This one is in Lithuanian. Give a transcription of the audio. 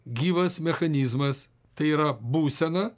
gyvas mechanizmas tai yra būsena